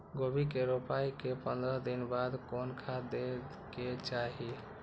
गोभी के रोपाई के पंद्रह दिन बाद कोन खाद दे के चाही?